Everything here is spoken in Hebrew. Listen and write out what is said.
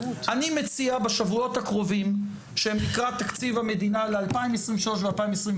אני מציע בשבועות הקרובים שהם לקראת תקציב המדינה ל-2023 ו-2024,